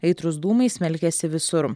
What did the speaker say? aitrūs dūmai smelkėsi visur